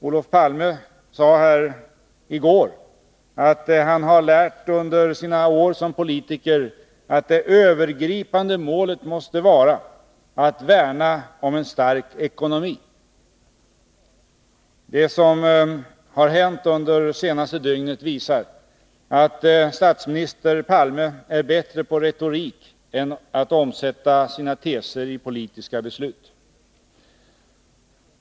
Olof Palme sade i går att han har lärt under sina år som politiker att det övergripande målet måste vara att värna om en stark ekonomi. Det som har hänt under det senaste dygnet visar att statsminister Palme är bättre på retorik än på att omsätta sina teser i politiska beslut.